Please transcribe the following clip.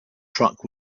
truck